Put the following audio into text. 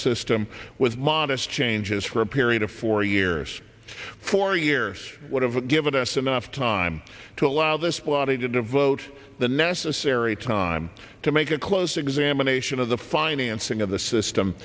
system with modest changes for a period of four years four years would have given us enough time to allow this body to devote the necessary time to make a close examination of the financing of the system